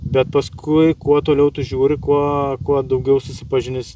bet paskui kuo toliau tu žiūri kuo kuo daugiau susipažinęs su